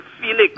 Felix